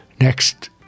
next